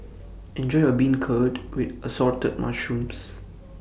Enjoy your Beancurd with Assorted Mushrooms